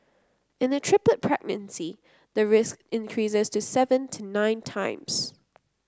in a triplet pregnancy the risk increases to seven to nine times